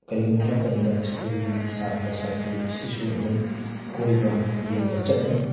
ꯀꯔꯤꯒꯨꯝꯕ ꯃꯇꯝꯗ ꯁ꯭ꯀꯨꯜꯒꯤ ꯁꯥꯇ꯭ꯔꯥ ꯁꯥꯇ꯭ꯔꯤ ꯁꯤꯁꯨ ꯑꯗꯨꯝ ꯀꯣꯏꯕ ꯌꯦꯡꯕ ꯆꯠꯅꯩ